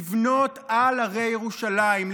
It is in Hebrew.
לבנות על הרי ירושלים,